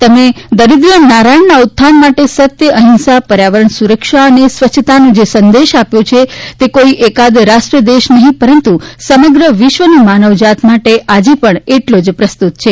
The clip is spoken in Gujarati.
તેમને દરિદ્રનારાયણના ઉત્થાન સાથે સત્ય અહિંસા પર્યાવરણ સુરક્ષા અને સ્વછતાનો જે સંદેશ આપ્યો છે તે કોઇ એકાદ રાષ્ટ્ર દેશ નહિ પરંતુ સમગ્ર વિશ્વની માનવજાત માટે આજે પણ એટલો જ પ્રસ્તુત છે